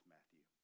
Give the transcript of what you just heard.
Matthew